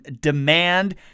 Demand